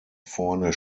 vorne